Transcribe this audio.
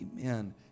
Amen